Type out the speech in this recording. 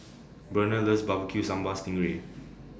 Burnell loves B B Q Sambal Sting Ray